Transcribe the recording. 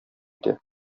итә